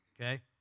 okay